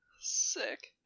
sick